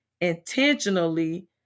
intentionally